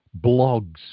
blogs